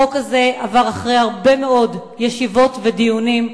החוק הזה עבר אחרי הרבה מאוד ישיבות ודיונים,